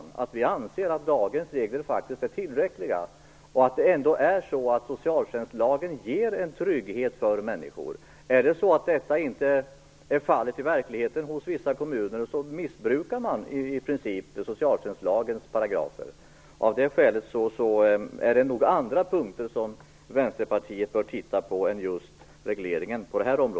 Kristdemokraterna anser att dagens regler är tillräckliga, och att socialtjänstlagen ger en trygghet för människor. Är detta inte fallet i verkligheten i vissa kommuner missbrukar de i princip socialtjänstlagens paragrafer. Av det skälet är det nog andra punkter än just regleringen på detta område som Vänsterpartiet bör titta på.